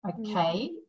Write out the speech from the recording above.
okay